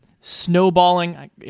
snowballing